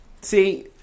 See